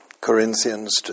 Corinthians